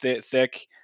thick